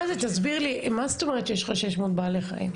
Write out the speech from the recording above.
מה זאת אומרת שיש לך 600 בעלי חיים?